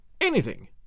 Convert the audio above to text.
Anything